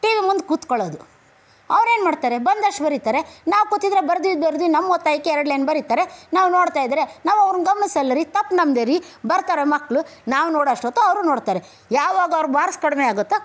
T V ಮುಂದೆ ಕೂತ್ಕೋಳ್ಳೋದು ಅವ್ರೇನು ಮಾಡ್ತಾರೆ ಬಂದಷ್ಟು ಬರೀತಾರೆ ನಾವು ಕೂತಿದ್ರೆ ಬರೆದು ಬರೆದು ನಮ್ಮ ಒತ್ತಾಯಕ್ಕೆ ಎರಡು ಲೈನ್ ಬರೀತಾರೆ ನಾವು ನೋಡ್ತಾಯಿದ್ರೆ ನಾವು ಅವ್ರನ್ನ ಗಮನಿಸಲ್ಲ ರೀ ತಪ್ಪು ನಮ್ಮದೇ ರೀ ಬರ್ತಾರೆ ಮಕ್ಕಳು ನಾವು ನೋಡೋವಷ್ಟೊತ್ತು ಅವರು ನೋಡ್ತಾರೆ ಯಾವಾಗ ಅವ್ರ ಮಾರ್ಕ್ಸ್ ಕಡಿಮೆ ಆಗಿತ್ತೋ